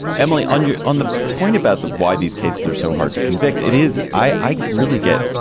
emily unu on the point about the why these cases are so hard to convict. it is. i really get